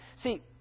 See